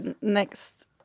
Next